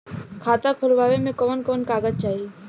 खाता खोलवावे में कवन कवन कागज चाही?